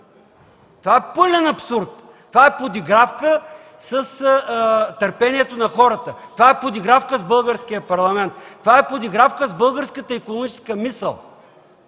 Това е пълен абсурд! Това е подигравка с търпението на хората. Това е подигравка с българския Парламент. Това е подигравка с българската икономическа мисъл.